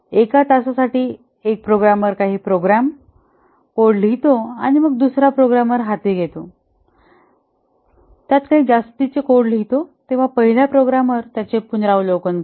एक तासासाठी एक प्रोग्रामर काही प्रोग्राम कोड लिहितो आणि मग दुसरा प्रोग्रामर हाती घेतो त्यात काही जास्तीचे कोड लिहितो तेव्हा पहिला प्रोग्रामर त्याचे पुनरावलोकन करतो